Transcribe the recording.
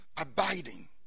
abiding